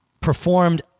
performed